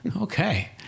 okay